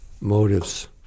motives